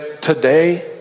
today